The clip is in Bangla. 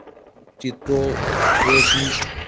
চিত্র পেয়েছি